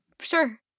sure